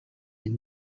and